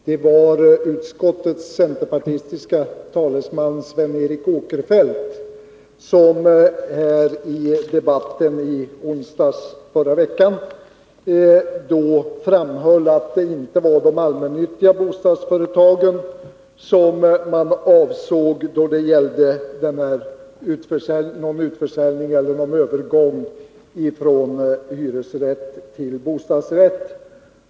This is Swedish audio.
Det var utskottets centerpartistiske talesman Sven Eric Åkerfeldt som i debatten i onsdags i förra veckan framhöll att det inte var de allmännyttiga bostadsföretagen som man avsåg då det gällde övergång från hyresrätt till bostadsrätt.